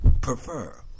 prefer